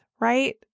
Right